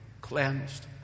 cleansed